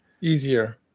Easier